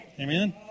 Amen